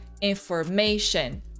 information